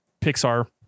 Pixar